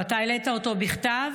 אתה העלית אותו בכתב